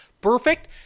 perfect